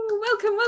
Welcome